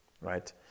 right